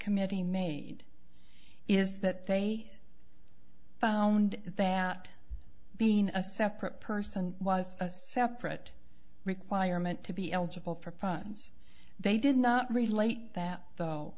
committee made is that they found that being a separate person was a separate requirement to be eligible for funds they did not relate that t